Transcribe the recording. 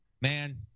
man